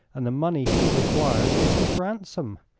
and the money he requires is his ransom.